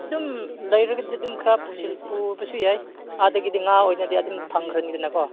ꯑꯗꯨꯝ ꯂꯩꯇꯒꯗꯤ ꯑꯗꯨꯝ ꯈꯔ ꯄꯨꯕꯁꯨ ꯌꯥꯏ ꯑꯥꯗꯒꯤꯗꯤ ꯉꯥ ꯑꯣꯏꯅꯗꯤ ꯑꯗꯨꯝ ꯐꯪꯈ꯭ꯔꯅꯤꯗꯅꯀꯣ